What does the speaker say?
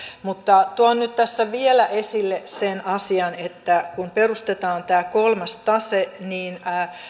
mutta tuon nyt tässä vielä esille sen asian että kun perustetaan tämä kolmas tase niin